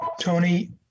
Tony